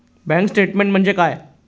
Bank statement म्हणजे काय?